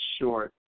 short